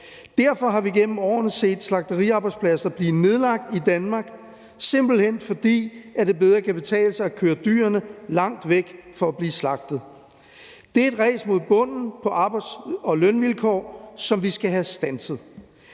Derfor har vi gennem årene set slagteriarbejdspladser blive nedlagt i Danmark, simpelt hen fordi det bedre kan betale sig at køre dyrene langt væk for at blive slagtet. Det er et ræs mod bunden på arbejds- og lønvilkår, som vi skal have standset.